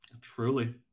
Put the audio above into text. truly